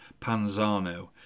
Panzano